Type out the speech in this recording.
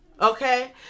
Okay